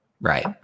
Right